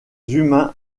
humains